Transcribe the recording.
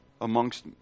amongst